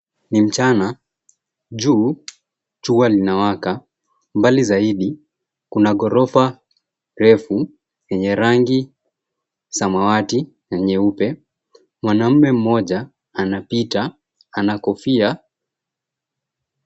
Ni mchana. Juu, jua linawaka. Mbali zaidi kuna ghorofa refu yenye rangi samawati na nyeupe. Mwanaume mmoja anapita ana kofia.